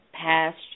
Past